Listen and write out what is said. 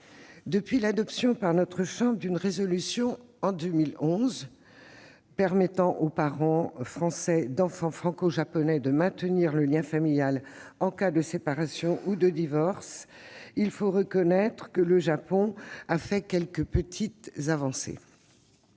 Depuis l'adoption par notre chambre, en 2011, d'une proposition de résolution visant à permettre aux parents français d'enfants franco-japonais de maintenir le lien familial en cas de séparation ou de divorce, il faut reconnaître que le Japon a fait quelques petites avancées.